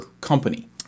company